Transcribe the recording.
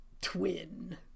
twin